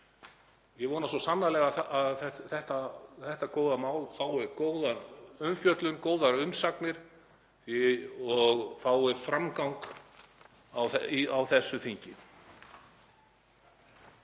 Ég vona svo sannarlega að þetta góða mál fái góða umfjöllun, góðar umsagnir og fái framgang á þessu þingi.